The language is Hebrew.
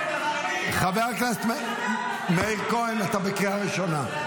חבר הכנסת מאיר כהן, אתה בקריאה ראשונה.